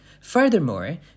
Furthermore